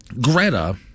Greta